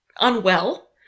unwell